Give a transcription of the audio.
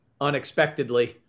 unexpectedly